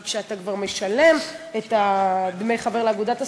כי כשאתה כבר משלם את דמי החבר לאגודת הסטודנטים,